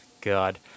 god